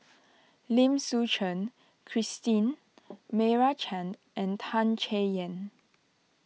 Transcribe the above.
Lim Suchen Christine Meira Chand and Tan Chay Yan